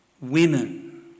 women